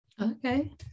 okay